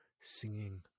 Singing